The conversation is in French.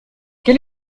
quel